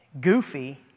goofy